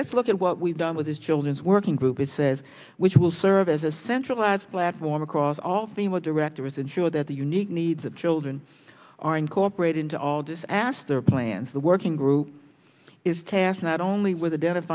let's look at what we've done with this children's working group it says which will serve as a centralized platform across all female directors ensure that the unique needs of children are incorporated into all this asked their plans the working group is tasked not only with the dentist